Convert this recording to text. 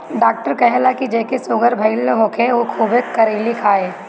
doctor कहेला की जेके सुगर भईल होखे उ खुबे करइली खाए